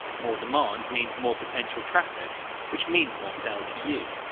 more demand means more potential traffic which means more sales for you.